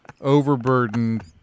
overburdened